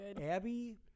Abby